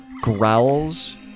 growls